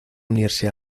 unirse